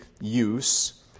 use